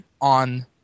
on